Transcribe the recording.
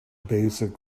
basic